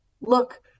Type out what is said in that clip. look